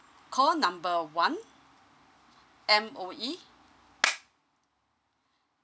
call number one M_O_E